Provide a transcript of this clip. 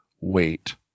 wait